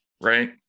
Right